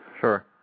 Sure